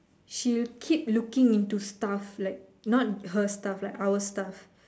she'll keep looking into stuff like not her stuff like our stuff